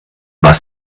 was